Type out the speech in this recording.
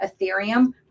Ethereum